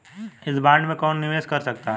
इस बॉन्ड में कौन निवेश कर सकता है?